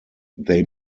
they